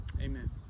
Amen